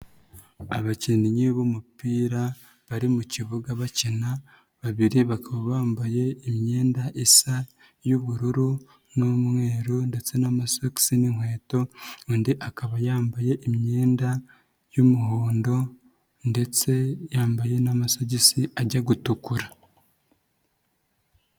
Abakinnyi b'umupira bari mu kibuga bakina babiri bakaba bambaye imyenda isa y'ubururu n'umweru ndetse n'amasogisi n'inkweto, undi akaba yambaye imyenda y'umuhondo ndetse yambaye n'amasogisi ajya gutukura.